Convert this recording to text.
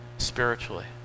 spiritually